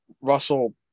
Russell